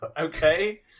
Okay